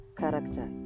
character